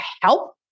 help